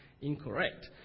incorrect